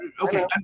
okay